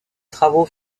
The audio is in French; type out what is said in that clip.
travaux